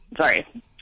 Sorry